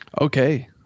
Okay